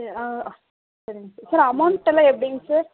செ சரிங்க sir sir அமௌன்ட்டெல்லாம் எப்படிங்க சார்